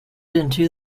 into